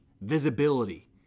visibility